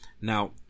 Now